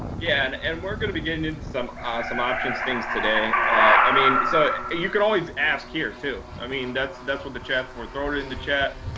yeah, and and we're going to be getting into some ah some options things today. i mean, so you can always ask here, too. i mean, that's that's what the chat's for. throw it in the chat,